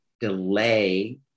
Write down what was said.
delay